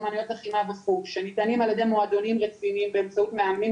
אומנויות לחימה וכו' שניתנים על ידי מועדונים רציניים באמצעות מאמנים